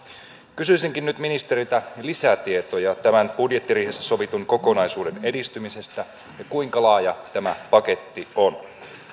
kysyisinkin nyt ministeriltä lisätietoja tämän budjettiriihessä sovitun kokonaisuuden edistymisestä ja siitä kuinka laaja tämä paketti on